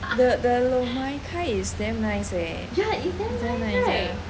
the the lor mai kai is damn nice eh very nice ya